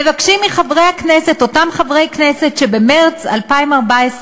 מבקשים מחברי הכנסת, אותם חברי כנסת שבמרס 2014,